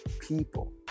people